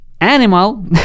animal